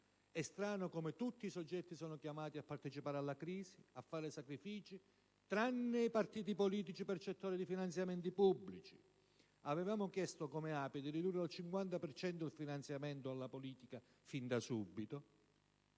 È strano come tutti i soggetti siano chiamati a partecipare alla crisi, a fare sacrifici, tranne i partiti politici percettori di finanziamenti pubblici. Avevamo chiesto, come ApI, di ridurre del 50 per cento il finanziamento alla politica fin da subito